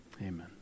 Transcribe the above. Amen